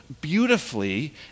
beautifully